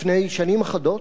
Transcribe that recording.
לפני שנים אחדות,